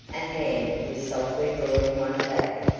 a hand was softly drawing one back,